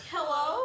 Hello